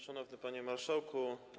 Szanowny Panie Marszałku!